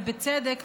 ובצדק,